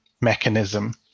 mechanism